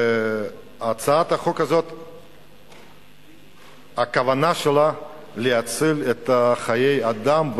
והצעת החוק, הכוונה שלה היא להציל את חיי האדם.